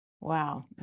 wow